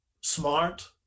smart